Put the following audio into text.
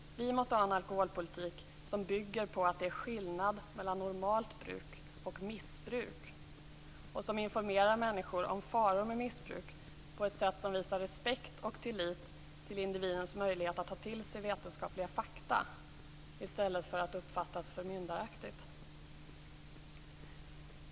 Vi måste ha en alkoholpolitik som bygger på att det är skillnad mellan normalt bruk och missbruk och som informerar människor om faror med missbruk på ett sätt som visar respekt och tillit till individens möjlighet att ta till sig vetenskapliga fakta i stället för att uppfattas som förmyndaraktigt.